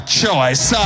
choice